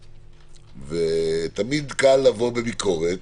ותמיד קל לבוא בביקורת,